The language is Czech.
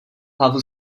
hlavu